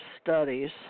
Studies